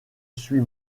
suis